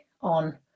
on